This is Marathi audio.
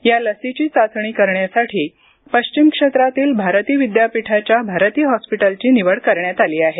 या लसीची चाचणी करण्यासाठी पश्चिम क्षेत्रातील भारती विद्यापीठाच्या भारती हॉस्पिटलची निवड करण्यात आली आहे